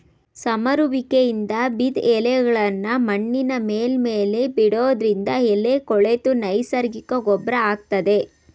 ಸಮರುವಿಕೆಯಿಂದ ಬಿದ್ದ್ ಎಲೆಗಳ್ನಾ ಮಣ್ಣಿನ ಮೇಲ್ಮೈಲಿ ಬಿಡೋದ್ರಿಂದ ಎಲೆ ಕೊಳೆತು ನೈಸರ್ಗಿಕ ಗೊಬ್ರ ಆಗ್ತದೆ